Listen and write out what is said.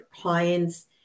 clients